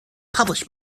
publish